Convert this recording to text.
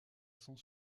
sans